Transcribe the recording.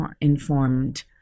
informed